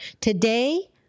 Today